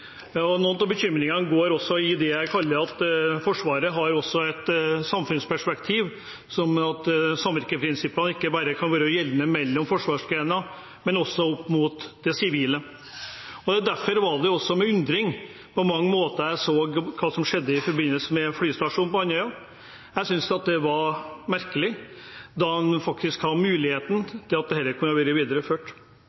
at Forsvaret også har et samfunnsperspektiv – som at samvirkeprinsippene ikke bare kan være gjeldende mellom forsvarsgrener, men også overfor det sivile. Derfor var det også med undring jeg så hva som skjedde i forbindelse med flystasjonen på Andøya. Jeg syntes det var merkelig, da man faktisk hadde mulighet til å videreføre den. Det forundrer meg også, som mange har